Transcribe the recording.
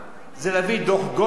זה להביא את דוח-גולדסטון,